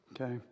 okay